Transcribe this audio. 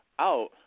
out